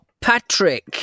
Patrick